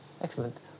Excellent